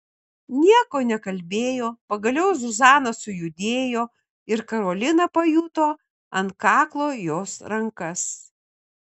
nieko nekalbėjo pagaliau zuzana sujudėjo ir karolina pajuto ant kaklo jos rankas